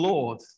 Lord